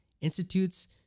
institutes